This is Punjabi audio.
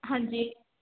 ਹਾਂਜੀ